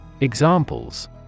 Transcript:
Examples